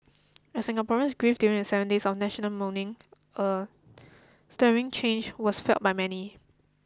as Singaporeans grieved during the seven days of national mourning a stirring change was felt by many